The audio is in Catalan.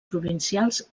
provincials